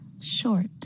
Short